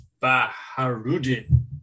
Baharudin